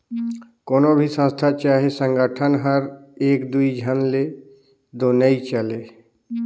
कोनो भी संस्था चहे संगठन हर एक दुई झन ले दो चले नई